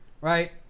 Right